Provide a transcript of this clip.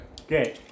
Okay